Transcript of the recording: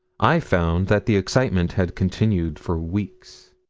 i found that the excitement had continued for weeks.